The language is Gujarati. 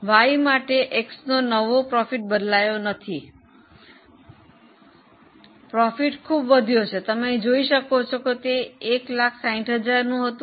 Y માટે X નો નવો નફો બદલાયો નથી નફો ખૂબ વધ્યો છે તમે અહીં જોઈ શકો છો કે તે 160000 હતું